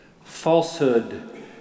Falsehood